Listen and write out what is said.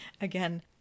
Again